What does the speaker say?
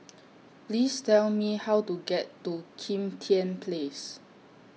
Please Tell Me How to get to Kim Tian Place